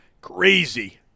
crazy